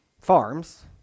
farms